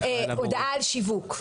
הצהרה על שיווק.